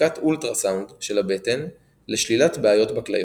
בדיקת אולטרה סאונד של הבטן לשלילת בעיות בכליות.